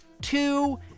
Two